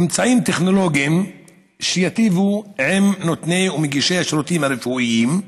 אמצעים טכנולוגיים שייטיבו עם נותני ומגישי השירותים הרפואיים.